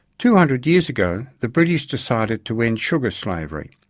two hundred years ago, the british decided to end sugar slavery.